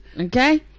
Okay